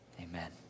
Amen